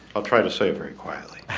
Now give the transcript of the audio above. i'll try to say very quietly